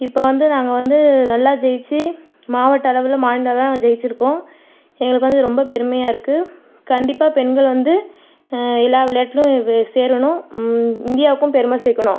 இப்போது வந்து நாங்கள் வந்து நல்லா ஜெயித்து மாவட்ட அளவில் மாநில அளவுளலாம் நாங்கள் ஜெயித்துருக்கோம் எங்களுக்கு வந்து ரொம்ப பெருமையாக இருக்குது கண்டிப்பாக பெண்கள் வந்து எல்லா விளையாட்டிலும் சேரணும் இந்தியாவுக்கும் பெருமை சேர்க்கணும்